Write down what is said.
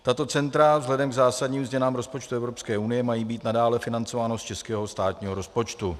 Tato centra vzhledem k zásadním změnám rozpočtu Evropské unie mají být nadále financována z českého státního rozpočtu.